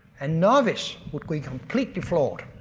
and novice would be completely floored.